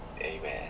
Amen